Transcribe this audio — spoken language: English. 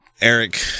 Eric